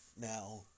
Now